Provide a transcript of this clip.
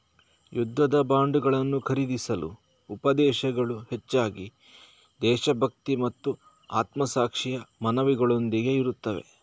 ಯುದ್ಧದ ಬಾಂಡುಗಳನ್ನು ಖರೀದಿಸಲು ಉಪದೇಶಗಳು ಹೆಚ್ಚಾಗಿ ದೇಶಭಕ್ತಿ ಮತ್ತು ಆತ್ಮಸಾಕ್ಷಿಯ ಮನವಿಗಳೊಂದಿಗೆ ಇರುತ್ತವೆ